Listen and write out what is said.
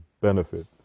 benefit